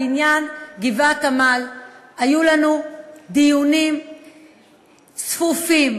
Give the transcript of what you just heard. בעניין גבעת-עמל היו לנו דיונים צפופים,